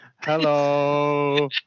Hello